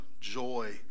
joy